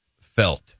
felt